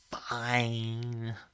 fine